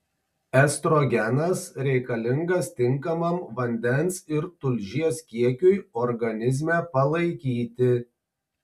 estrogenas reikalingas tinkamam vandens ir tulžies kiekiui organizme palaikyti